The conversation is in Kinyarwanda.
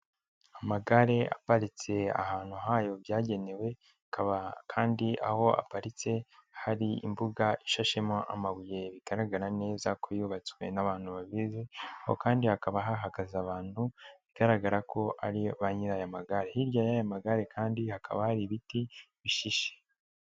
Amagare aparitse ahantu hayo byagenewe hakaba kandi aho aparitse hari imbuga ishashemo amabuye bigaragara neza ko yubatswe n'abantu babizi. Aho kandi hakaba hahagaze abantu bigaragara ko ari banyiraayo magare kandi hakaba hari ibiti bishishe.